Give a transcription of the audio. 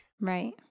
Right